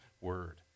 word